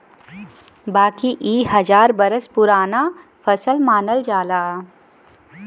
बाकी इ हजार बरस पुराना फसल मानल जाला